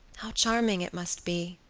how charming it must be.